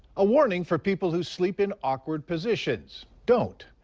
a warning for people who sleep in awkward positions. don't.